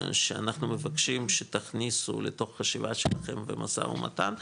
שאנחנו מבקשים שתכניסו לתוך חשיבה שלכם במשא ומתן.